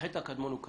החטא הקדמון הוא כזה,